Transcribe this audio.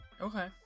okay